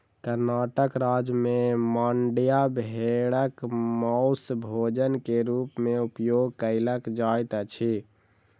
कर्णाटक राज्य में मांड्या भेड़क मौस भोजन के रूप में उपयोग कयल जाइत अछि